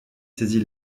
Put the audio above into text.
saisit